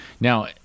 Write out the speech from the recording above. Now